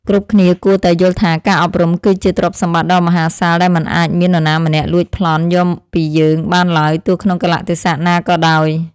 គ្រប់គ្នាគួរតែយល់ថាការអប់រំ គឺជាទ្រព្យសម្បត្តិដ៏មហាសាលដែលមិនអាចមាននរណាម្នាក់លួចប្លន់យកពីយើងបានឡើយទោះក្នុងកាលៈទេសៈណាក៏ដោយ។